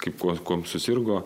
kaip kuo susirgo